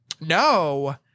No